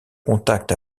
contact